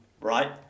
right